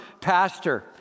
pastor